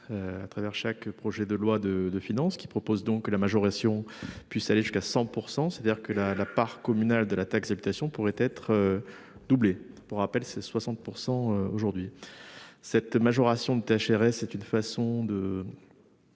À travers chaque projet de loi de de finance qui propose donc que la majoration puisse aller jusqu'à 100%, c'est-à-dire que la part communale de la taxe d'habitation, pourrait être. Doublé pour rappel c'est 60% aujourd'hui. Cette majoration de HRS. C'est une façon de.